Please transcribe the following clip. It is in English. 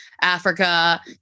Africa